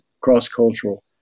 cross-cultural